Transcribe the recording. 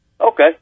Okay